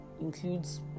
includes